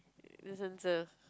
instances